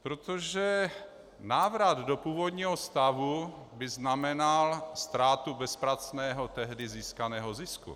Protože návrat do původního stavu by znamenal ztrátu bezpracného tehdy získaného zisku.